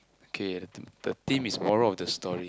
okay as in the theme is moral of the story